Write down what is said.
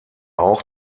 auch